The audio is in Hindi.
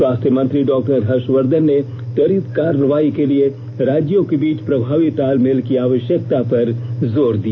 स्वास्थ्य मंत्री डॉ हर्षवर्धन ने त्वरित कार्रवाई के लिए राज्यों के बीच प्रभावी तालमेल की आवश्यकता पर जोर दिया